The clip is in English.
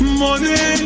money